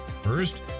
First